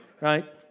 right